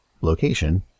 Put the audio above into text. Location